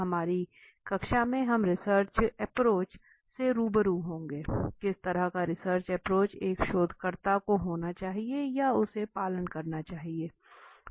हमारी आज की कक्षा में हम रिसर्च एप्रोच से रूबरू होंगे किस तरह का रिसर्च एप्रोच एक शोधकर्ता को होना चाहिए या उसे पालन करना चाहिए